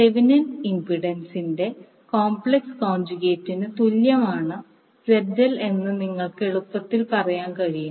Thevenin ഇംപിൻഡൻസിന്റെ complex കോൻജഗേറ്റിന് തുല്യമാണ് ZL എന്ന് നിങ്ങൾക്ക് എളുപ്പത്തിൽ പറയാൻ കഴിയും